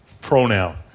pronoun